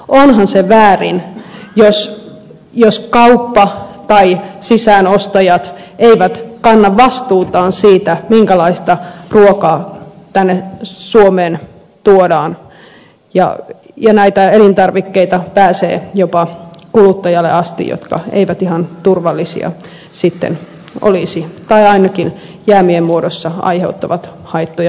onhan se väärin jos kauppa tai sisäänostajat eivät kanna vastuutaan siitä minkälaista ruokaa tänne suomeen tuodaan ja jopa kuluttajalle asti pääsee näitä elintarvikkeita jotka eivät sitten olisi ihan turvallisia tai ainakin jäämien muodossa aiheuttavat haittoja meidän terveyteemme